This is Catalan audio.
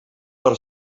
per